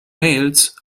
mails